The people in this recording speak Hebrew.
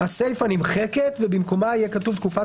הסיפא נמחקת ובמקומה יהיה כתוב: תקופת